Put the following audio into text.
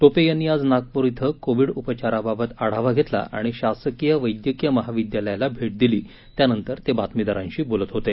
टोपे यांनी आज नागपूर इथं कोविड उपचाराबाबत आढावा घेतला आणि शासकीय वैद्यकीय महाविद्यालयाला भेट दिली त्यानंतर ते बातमीदारांशी बोलत होते